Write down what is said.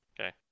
Okay